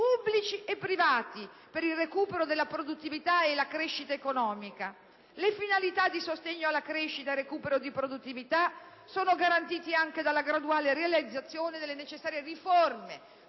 pubblici e privati, per il recupero della produttività e la crescita economica. Le finalità di sostegno alla crescita e recupero di produttività sono garantite anche dalla graduale realizzazione delle necessarie riforme